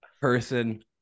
person